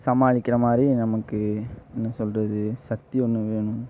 சமாளிக்கிற மாதிரி நமக்கு என்ன சொல்கிறது சக்தி ஒன்று வேணும்